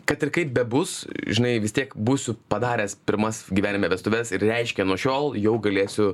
kad ir kaip bebus žinai vis tiek būsiu padaręs pirmas gyvenime vestuves ir reiškia nuo šiol jau galėsiu